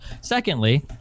Secondly